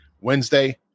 Wednesday